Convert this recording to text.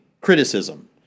criticism